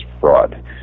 fraud